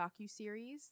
docuseries